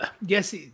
yes